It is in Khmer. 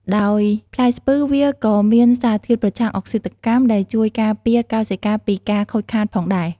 ដោយផ្លែស្ពឺ វាក៏មានសារធាតុប្រឆាំងអុកស៊ីតកម្ម ដែលជួយការពារកោសិកាពីការខូចខាតផងដែរ។